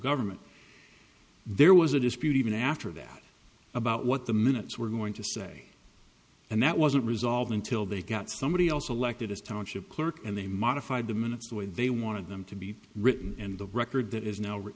government there was a dispute even after that about what the minutes were going to say and that wasn't resolved until they got somebody else elected as township clerk and they modified the minutes the way they wanted them to be written and the record that is now